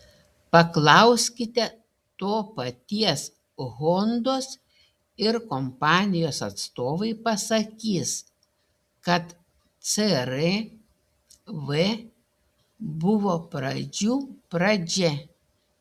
paklauskite to paties hondos ir kompanijos atstovai pasakys kad cr v buvo pradžių pradžia